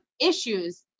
issues